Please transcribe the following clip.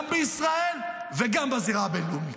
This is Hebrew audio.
גם בישראל וגם בזירה הבין-לאומית.